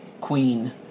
queen